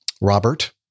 robert